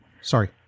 Sorry